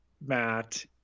Matt